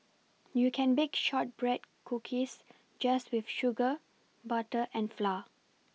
you can bake shortbread cookies just with sugar butter and flour